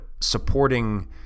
supporting